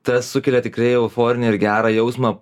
tas sukelia tikrai euforinį ir gerą jausmą